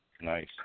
Nice